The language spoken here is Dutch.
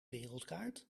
wereldkaart